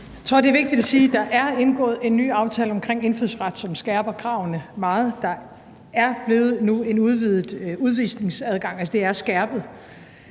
Jeg tror, det er vigtigt at sige, at der er indgået en ny aftale om indfødsret, som skærper kravene meget, og der er nu blevet en udvidet udvisningsadgang – altså, det er skærpet.